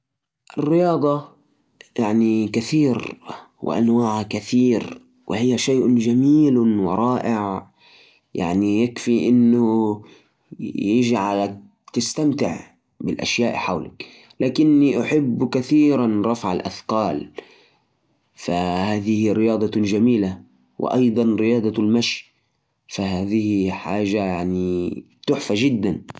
الرياضات التي تتطلب أكثر قوة بدنية مثل رفع الأثقال وكرة القدم لأنهم يحتاجون مجهود كبير وتحمل عالي بينما الرياضات التي تتطلب أقل قوة بدنية تشمل المشي واليوغا لأنها تعتمد أكثر على المرونة والتركيز بدل من القوة الجسدية كل نوع له فوائدة وتقدر تختار حسب اهتماماتك وقدراتك البدنية